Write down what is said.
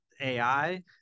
AI